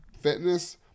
fitness